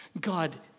God